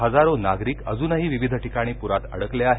हजारो नागरिक अजूनही विविध ठिकाणी पुरात अडकले आहेत